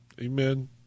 Amen